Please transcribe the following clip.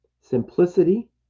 simplicity